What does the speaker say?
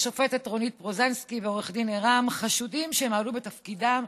השופטת רונית פוזננסקי ועו"ד ערן חשודים שמעלו בתפקידם,